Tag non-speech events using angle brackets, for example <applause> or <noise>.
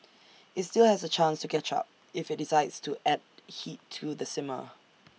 IT still has A chance to catch up if IT decides to add heat to the simmer <noise>